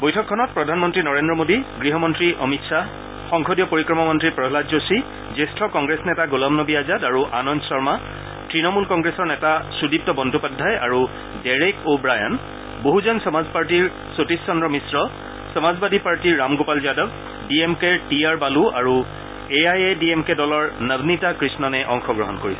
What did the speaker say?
বৈঠকখনত প্ৰধানমন্ত্ৰী নৰেন্দ্ৰ মোদী গৃহ মন্ত্ৰী অমিত খাহ সংসদীয় পৰিক্ৰমা মন্ত্ৰী প্ৰহ্মাদ যোশী জ্যেষ্ঠ কংগ্ৰেছ নেতা গোলাম নবী আজাদ আৰু আনন্দ শৰ্মা তৃণমূল কংগ্ৰেছৰ নেতা সুদীপ্ত বন্দ্যোপাধ্যায় আৰু Derek O'Brien Bahujan Samaj পাৰ্টীৰ সতীশ চন্দ্ৰ মিশ্ৰ সমাজবাদী পাৰ্টীৰ ৰামগোপাল যাদৱ ডি এম কেৰ টি আৰ বালু আৰু A I D M K দলৰ নৱনীতা কৃষ্ণণে অংশগ্ৰহণ কৰিছে